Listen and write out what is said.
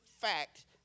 fact